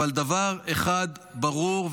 אבל דבר אחד ברור,